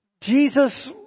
Jesus